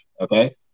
Okay